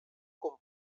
con